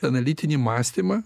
analitinį mąstymą